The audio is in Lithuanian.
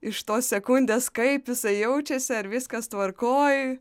iš tos sekundės kaip jisai jaučiasi ar viskas tvarkoj